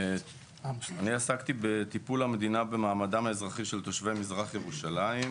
אני עסקתי בטיפול המדינה במעמדם האזרחי של תושבי מזרח ירושלים,